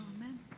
Amen